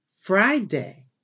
Friday